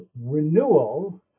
renewal